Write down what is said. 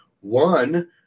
one